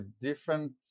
different